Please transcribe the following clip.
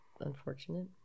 unfortunate